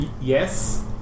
Yes